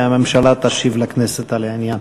והממשלה תשיב לכנסת על העניין.